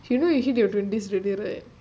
you know you hit your twenties already right